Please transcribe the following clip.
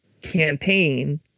campaign